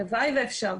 הלוואי שאפשר.